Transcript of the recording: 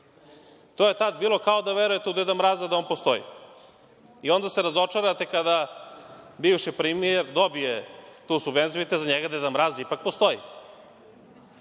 To je tada bilo kao da verujete u Deda Mraza da on postoji i onda se razočarate kada bivši premijer dobije tu subvenciju. Vidite, za njega Deda Mraz ipak postoji.